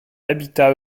habitat